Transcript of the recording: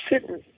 sitting